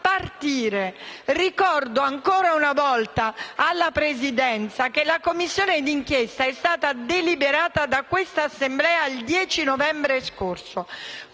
partire. Ricordo ancora una volta alla Presidenza che la Commissione d'inchiesta è stata deliberata da questa Assemblea il 10 novembre scorso,